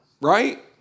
Right